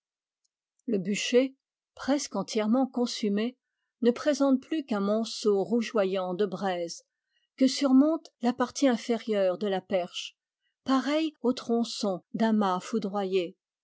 le bûcher presque entièrement consumé ne présente plus qu'un monceau rougeoyant de braise que surmonte la partie inférieure de la perche pareille au tronçon d'un mât foudroyé